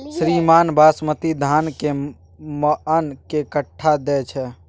श्रीमान बासमती धान कैए मअन के कट्ठा दैय छैय?